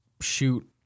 shoot